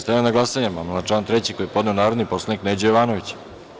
Stavljam na glasanje amandman na član 3. koji je podneo narodni poslanik Neđo Jovanović.